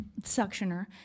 suctioner